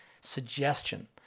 suggestion